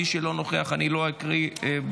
מי שלא נוכח, אני לא אקרא בשמו.